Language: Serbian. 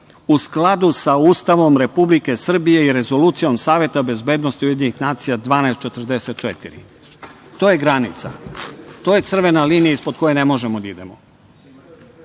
u skladu sa Ustavom Republike Srbije i Rezolucijom Saveta bezbednosti UN 1244. To je granica. To je crvena linija ispod koje ne možemo da